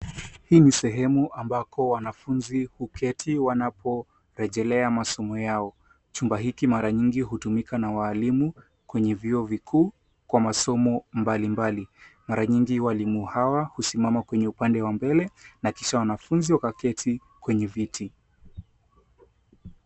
Hii ni sehemu ambako wanafunzi huketi wanaporejelea masomo yao. Chumba hiki mara nyingi hutumika na waalimu kwenye vyuo vikuu kwa masomo mbalimbali. Mara nyingi walimu hawa husimama kwenye upande wa mbele na kisha wanafunzi wakaketi kwenye viti.